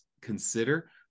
consider